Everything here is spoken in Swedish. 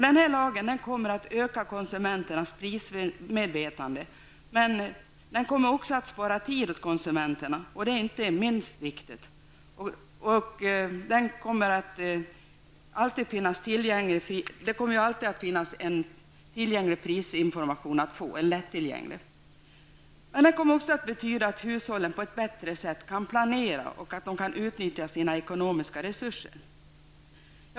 Den här lagen kommer att öka konsumenternas prismedvetande, men den kommer också att spara tid åt konsumenterna -- det är inte minst viktigt -- genom att det alltid skall finnas lättillgänglig prisinformation att få. Lagen kommer också att betyda att hushållen på ett bättre sätt kan planera och utnyttja sina ekonomiska resurser.